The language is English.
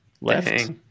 left